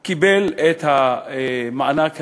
לא קיבל את המענק הזה,